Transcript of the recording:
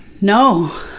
No